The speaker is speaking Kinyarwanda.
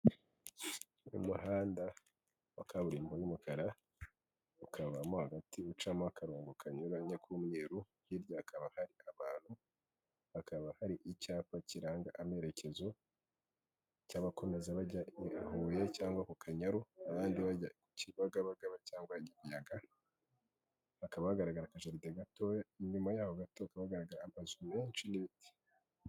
Umuhanda wa kaburimbo y'umukara, ukaba mo hagati ucamo akarongo kanyuranya k'umweru, hirya hakaba hari abantu, hakaba hari icyapa kiranga amerekezo cy'abakomeza bajya i Huye cyangwa ku Kanyaru, abandi bajya ku Kibagabagaba cyangwa Nyamiyaga, hakaba hagaragara akajaride gatoya, inyuma yaho gato hakaba hagaragara amazu menshi n'ibiti.